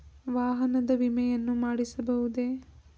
ವಾಹನದ ವಿಮೆಯನ್ನು ಮಾಡಿಸಬಹುದೇ?